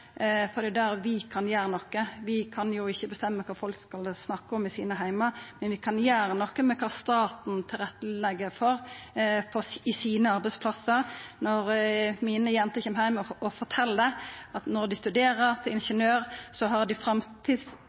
for det er der vi kan gjera noko. Vi kan ikkje bestemma kva folk skal snakka om i heimen sin, men vi kan gjera noko med kva staten legg til rette for på sine arbeidsplassar. Når jentene mine kjem heim og fortel at når dei studerer til ingeniør, har dei